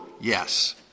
Yes